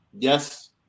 yes